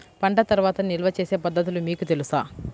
పంట తర్వాత నిల్వ చేసే పద్ధతులు మీకు తెలుసా?